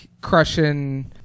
crushing